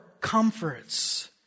comforts